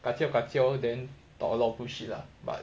kajiao kajiao then like talk a lot of bullshit lah then but